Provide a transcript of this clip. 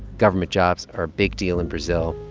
government jobs are a big deal in brazil.